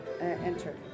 enter